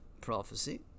prophecy